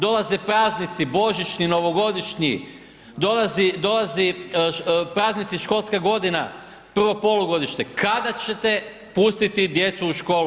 Dolaze praznici božićni, novogodišnji, dolaze praznici, školska godina, prvo polugodište, kada ćete pustiti djecu u školu?